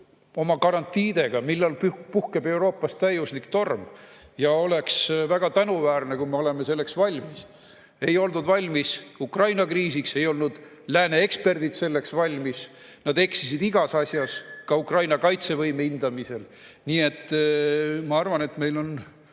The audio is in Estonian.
oma garantiidega, millal puhkeb Euroopas täiuslik torm. Ja oleks väga tänuväärne, kui me oleme selleks valmis. Ei oldud valmis Ukraina kriisiks. Ei olnud Lääne eksperdid selleks valmis. Nad eksisid igas asjas, ka Ukraina kaitsevõime hindamises. Nii et ma arvan, et meil on